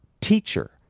teacher